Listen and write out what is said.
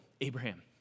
Abraham